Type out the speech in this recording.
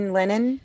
linen